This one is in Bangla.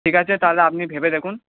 ঠিক আছে তাহলে আপনি ভেবে দেখুন